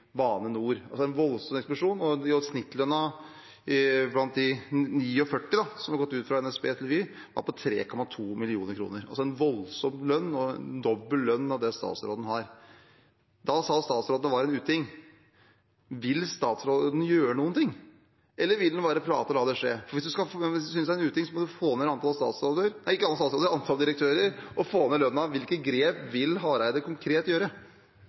Bane NOR, altså en voldsom eksplosjon. Snittlønnen blant de 49 – fra NSB til Vy – var på 3,2 mill. kr, altså en voldsom lønn, en dobbelt lønn av det statsråden har. Og statsråden sa da at det var en uting. Vil statsråden gjøre noe, eller vil han bare prate og la det skje? Hvis han synes det er en uting, må han få ned antallet direktører og få ned lønnen. Hvilke grep vil Hareide konkret